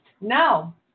Now